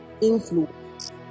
Influence